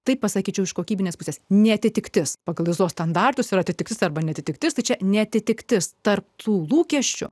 taip pasakyčiau iš kokybinės pusės neatitiktis pagal iso standartus ir atitiktis arba neatitiktis tačiau neatitiktis tarp tų lūkesčių